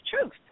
truth